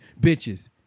bitches